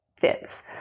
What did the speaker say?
fits